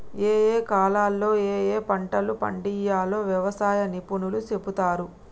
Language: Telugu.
ఏయే కాలాల్లో ఏయే పంటలు పండియ్యాల్నో వ్యవసాయ నిపుణులు చెపుతారు